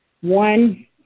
One